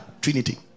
Trinity